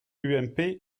ump